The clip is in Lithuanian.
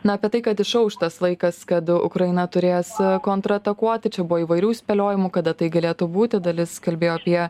na apie tai kad išauš tas laikas kad ukraina turės kontratakuot tai čia buvo įvairių spėliojimų kada tai galėtų būti dalis kalbėjo apie